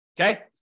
okay